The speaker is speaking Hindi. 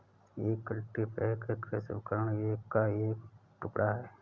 एक कल्टीपैकर कृषि उपकरण का एक टुकड़ा है